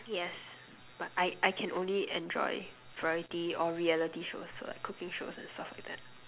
yes but I I can only enjoy variety or reality shows so like cooking shows and stuff like that